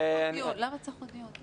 אפרת אומרת כנציגת משרד הבריאות,